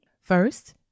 First